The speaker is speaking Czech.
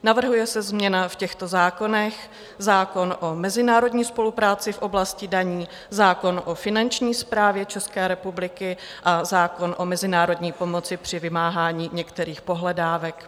Navrhuje se změna v těchto zákonech zákon o mezinárodní spolupráci v oblasti daní, zákon o finanční správě České republiky a zákon o mezinárodní pomoci při vymáhání některých pohledávek.